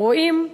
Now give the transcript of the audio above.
הם רואים,